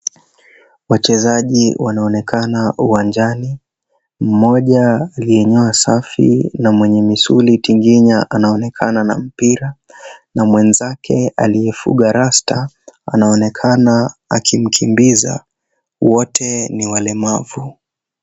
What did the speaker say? Wachezaji wanaonekana uwanjani. Mmoja aliyenyoa safi na mwenye misuli tinginya anaonekana na mpira. Na mwenzake aliyefuga rasta, anaonekana akimkimbiza. Wote ni walemavu.